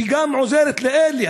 שהיא גם עוזרת לאלה,